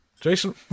Jason